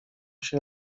się